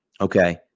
okay